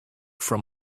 from